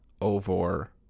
over